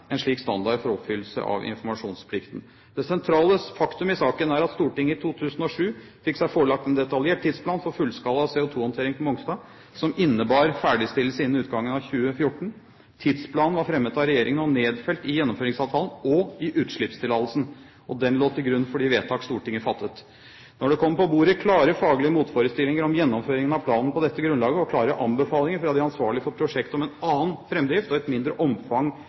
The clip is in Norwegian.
en slik standard for oppfyllelse av informasjonsplikten. Det sentrale faktum i saken er at Stortinget i 2007 fikk seg forelagt en detaljert tidsplan for fullskala CO2-håndtering på Mongstad, som innebar ferdigstillelse innen utgangen av 2014. Tidsplanen var fremmet av regjeringen og nedfelt i gjennomføringsavtalen og i utslippstillatelsen og lå til grunn for de vedtak Stortinget fattet. Da det kom på bordet klare faglige motforestillinger mot gjennomføringen av planen på dette grunnlaget og klare anbefalinger fra de ansvarlige for prosjektet om en annen framdrift og et mindre omfang